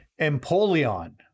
Empoleon